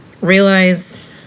realize